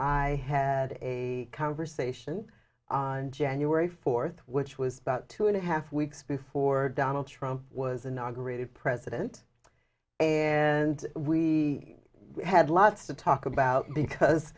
i had a conversation on january fourth which was about two and a half weeks before donald trump was inaugurated president and we had lots to talk about because